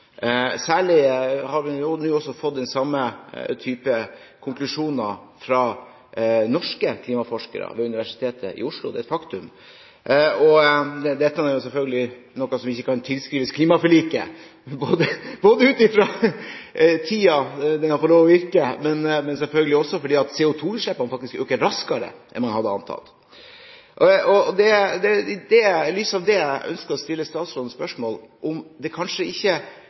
Vi har nå også fått den samme type konklusjoner fra norske klimaforskere ved Universitetet i Oslo. Det er et faktum. Dette er selvfølgelig noe som ikke kan tilskrives klimaforliket, både ut fra tiden det har fått lov til å virke, og selvfølgelig også fordi at CO2-utslippene øker raskere enn man hadde antatt. Da ønsker jeg å stille statsråden spørsmål om det kanskje ikke er grunn til å legge litt bånd på seg selv når det